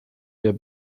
der